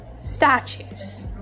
statues